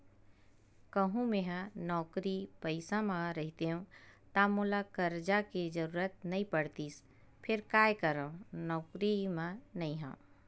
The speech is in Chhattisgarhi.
कहूँ मेंहा नौकरी पइसा म रहितेंव ता मोला करजा के जरुरत नइ पड़तिस फेर काय करव नउकरी म नइ हंव